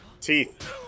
teeth